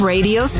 Radio